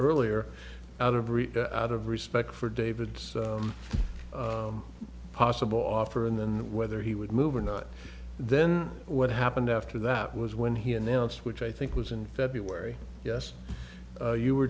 earlier out of reach out of respect for david's possible offer and then whether he would move or not then what happened after that was when he announced which i think was in february yes you